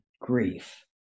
grief